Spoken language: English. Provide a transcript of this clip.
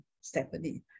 stephanie